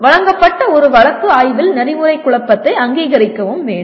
வழங்கப்பட்ட ஒரு வழக்கு ஆய்வில் நெறிமுறை குழப்பத்தை அங்கீகரிக்கவும் வேண்டும்